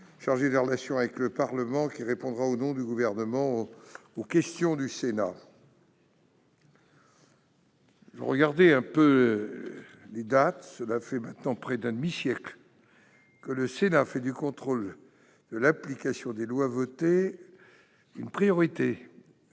chargé des relations avec le Parlement, qui répondra au nom du Gouvernement aux questions du Sénat. Cela fait maintenant près d'un demi-siècle que le Sénat fait du contrôle de l'application des lois votées une priorité